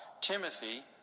Timothy